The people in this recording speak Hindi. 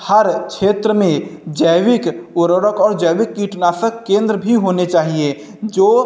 हर क्षेत्र में जैविक उर्वरक और जैविक कीटनाशक केंद्र भी होने चाहिए जो